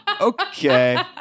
okay